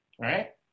right